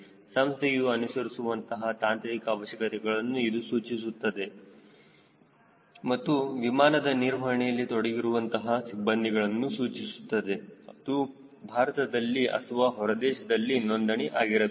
ಸಂಸ್ಥೆಯು ಅನುಸರಿಸುವಂತಹ ತಾಂತ್ರಿಕ ಅವಶ್ಯಕತೆಗಳನ್ನು ಇದು ಸೂಚಿಸುತ್ತದೆ ಮತ್ತು ವಿಮಾನದ ನಿರ್ವಹಣೆಯಲ್ಲಿ ತೊಡಗಿರುವ ಅಂತಹ ಸಿಬ್ಬಂದಿಗಳನ್ನು ಸೂಚಿಸುತ್ತದೆ ಅದು ಭಾರತದಲ್ಲಿ ಅಥವಾ ಹೊರದೇಶದಲ್ಲಿ ನೊಂದಣಿ ಆಗಿರಬಹುದು